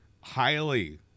highly